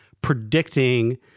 predicting